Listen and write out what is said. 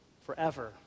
forever